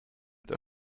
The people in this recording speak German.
der